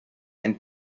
and